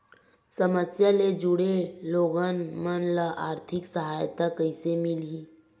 समस्या ले जुड़े लोगन मन ल आर्थिक सहायता कइसे मिलही?